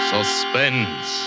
Suspense